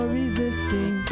resisting